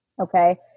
Okay